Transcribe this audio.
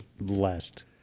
blessed